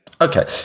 Okay